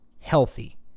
healthy